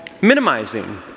minimizing